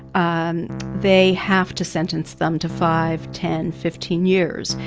um they have to sentence them to five, ten, fifteen years,